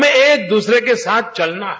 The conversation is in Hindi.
हमें एक द्रसरे के साथ चलना है